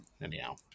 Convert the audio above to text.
Anyhow